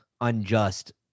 unjust